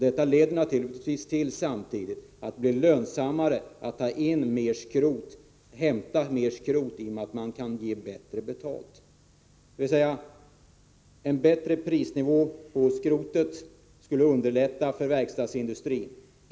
Detta leder naturligtvis samtidigt till att det blir lönsammare att så att säga hämta in skrot, eftersom man kan ge bättre betalt. En bättre prisnivå på skrotet skulle med andra ord underlätta för verkstadsindustrin.